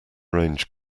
range